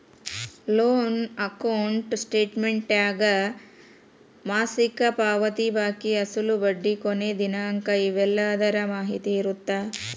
loan account ಸ್ಟೇಟಮೆಂಟ್ನ್ಯಾಗ ಮಾಸಿಕ ಪಾವತಿ ಬಾಕಿ ಅಸಲು ಬಡ್ಡಿ ಕೊನಿ ದಿನಾಂಕ ಇವೆಲ್ಲದರ ಮಾಹಿತಿ ಇರತ್ತ